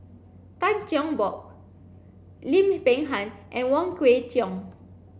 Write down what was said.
Tan Cheng Bock Lim Peng Han and Wong Kwei Cheong